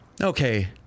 Okay